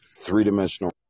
three-dimensional